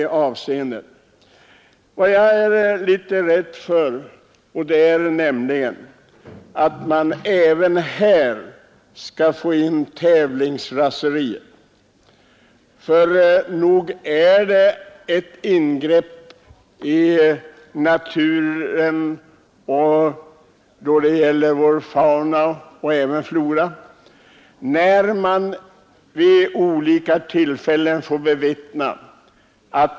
Jag är också litet rädd för att man även här skall få in tävlingsraseriet. Nog är det ett ingrepp i naturen mot både fauna och flora att anordna de tävlingar som vi vid olika tillfällen får bevittna.